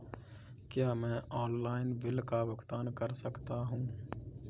क्या मैं online bill का भुगतान कर सकता हूँ?